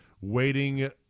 waiting